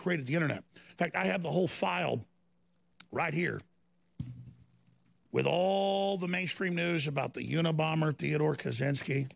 created the internet that i have the whole file right here with all the mainstream news about the unabomber theodore kaczynski